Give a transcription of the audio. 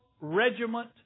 regiment